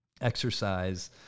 exercise